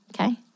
okay